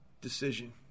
decision